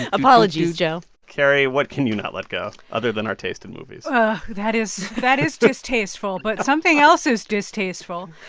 apologies, joe carrie, what can you not let go other than our taste in movies? but that is that is distasteful. but something else is distasteful.